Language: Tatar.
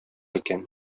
икән